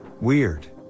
weird